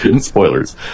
Spoilers